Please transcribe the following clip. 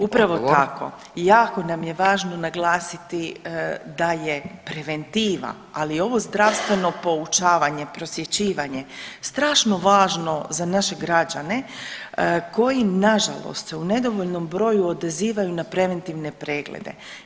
Upravo tako, jako nam je važno naglasiti da je preventiva, ali ovo zdravstveno poučavanje, prosvjećivanje strašno važno za naše građane koji nažalost se u nedovoljnom broju odazivaju na preventivne preglede.